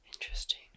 Interesting